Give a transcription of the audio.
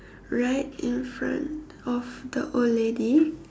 right in front of the old lady